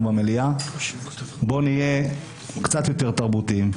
במליאה: בואו נהיה קצת יותר תרבותיים.